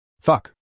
Fuck